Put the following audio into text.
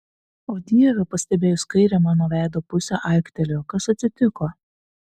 o dieve pastebėjus kairę mano veido pusę aiktelėjo kas atsitiko